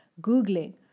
Googling